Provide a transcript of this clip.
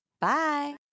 Bye